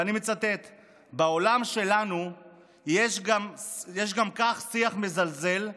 ואני מצטט: בעולם שלנו יש גם כך שיח מזלזל,